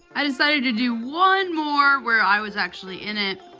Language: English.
i decided to do one more where i was actually in it.